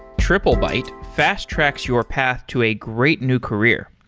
triplebyte fast-tracks your path to a great new career.